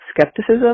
skepticism